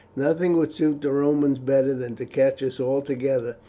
nothing would suit the romans better than to catch us all together,